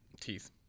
Teeth